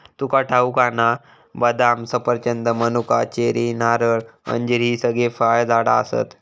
तुका ठाऊक हा ना, बदाम, सफरचंद, मनुका, चेरी, नारळ, अंजीर हि सगळी फळझाडा आसत